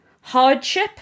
hardship